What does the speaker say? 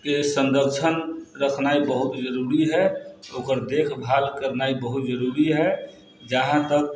संरक्षण रखनाइ बहुत जरूरी हइ ओकर देखभाल करनाइ बहुत जरूरी हइ जहाँ तक